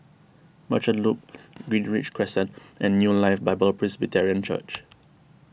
Merchant Loop Greenridge Crescent and New Life Bible Presbyterian Church